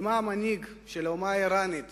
ומה המנהיג של האומה האירנית